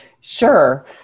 Sure